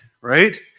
right